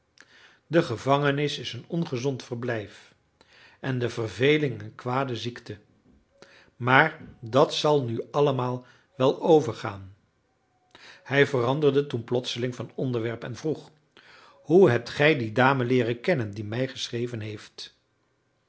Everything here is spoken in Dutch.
de gevangenis is een ongezond verblijf en de verveling een kwade ziekte maar dat zal nu allemaal wel overgaan hij veranderde toen plotseling van onderwerp en vroeg hoe hebt gij die dame leeren kennen die mij geschreven heeft